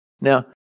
Now